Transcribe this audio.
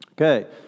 Okay